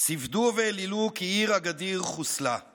"ספדו והילילו כי עיר אגאדיר חוסלה /